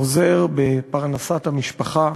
עוזר בפרנסת המשפחה,